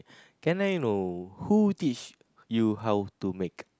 can I know who teach you how to make